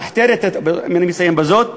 אני מסיים בזה,